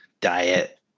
diet